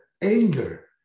anger